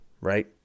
right